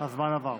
הזמן עבר.